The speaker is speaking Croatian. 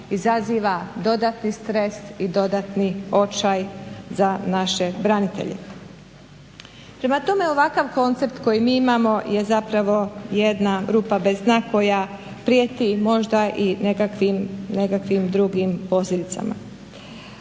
izaziva dodatni stres i dodatni očaj za naše branitelje. Prema tome, ovakav koncept koji mi imamo je zapravo jedna rupa bez dna koja prijeti možda i nekakvim drugih posljedicama.